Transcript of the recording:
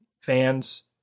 fans